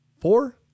four